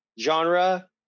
genre